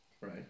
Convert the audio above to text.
Right